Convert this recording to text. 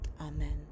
amen